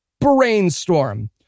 brainstorm